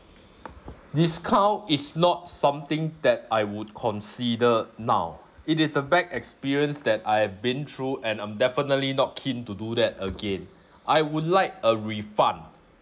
discount is not something that I would consider now it is a bad experience that I have been through and I'm definitely not keen to do that again I would like a refund